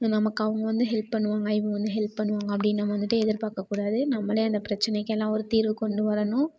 நமக்கு அவங்க வந்து ஹெல்ப் பண்ணுவாங்க இவங்க வந்து ஹெல்ப் பண்ணுவாங்க அப்டின்னு நம்ம வந்துட்டு எதிர்பார்க்கக்கூடாது நம்மளே அந்த பிரச்சினைக்கிலாம் ஒரு தீர்வு கொண்டு வரணும்